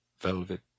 velvet